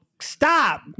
stop